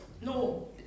No